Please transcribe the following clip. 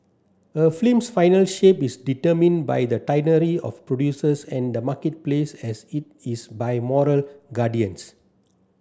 a film's final shape is determined by the tyranny of producers and the marketplace as it is by moral guardians